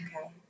Okay